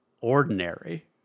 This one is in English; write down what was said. ordinary